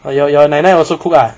oh your your 奶奶 also cook lah